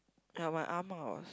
ya my Ah Ma was